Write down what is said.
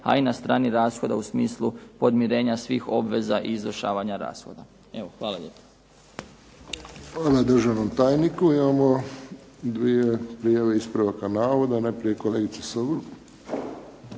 a i na strani rashoda u smislu podmirenja svih obveza i izvršavanja rashoda. Evo, hvala lijepa. **Friščić, Josip (HSS)** Hvala državnom tajniku. Imamo dvije prijave ispravaka navoda. Najprije kolegica Sobol.